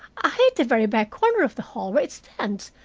i hate the very back corner of the hall where it stands,